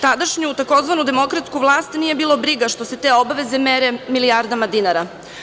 Tadašnju tzv. demokratsku vlast nije bilo briga što se te obaveze mere milijardama dinara.